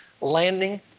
landing